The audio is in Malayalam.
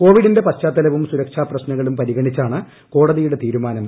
കോവിഡിന്റെ പശ്ചാത്തലവും സുരക്ഷാ പ്രശ്നങ്ങളും പരിഗണിച്ചാണ് കോടതിയുടെ തീരുമാനം